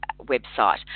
website